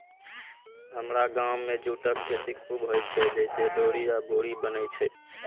हमरा गाम मे जूटक खेती खूब होइ छै, जइसे डोरी आ बोरी बनै छै